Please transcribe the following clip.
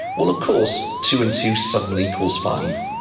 well of course two and two suddenly equals five.